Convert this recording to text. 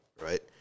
right